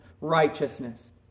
righteousness